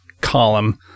column